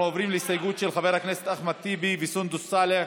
אנחנו עוברים להסתייגות של חבר הכנסת אחמד טיבי וסונדוס סאלח,